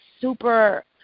super